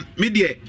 media